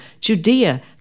Judea